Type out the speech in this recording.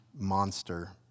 monster